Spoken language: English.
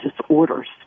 disorders